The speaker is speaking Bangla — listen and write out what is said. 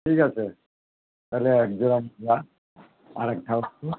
ঠিক আছে তাহলে একজোড়া মোজা আর একটা হাউসকোট